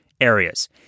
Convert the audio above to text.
areas